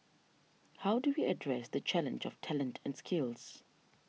how do we address the challenge of talent and skills